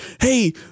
hey